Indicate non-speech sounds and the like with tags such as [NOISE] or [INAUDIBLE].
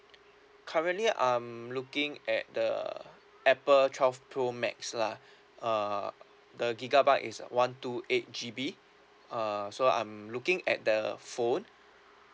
[NOISE] currently I'm looking at the apple twelve pro max lah [BREATH] uh the gigabyte is one two eight G_B uh so I'm looking at the phone